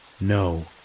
no